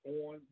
on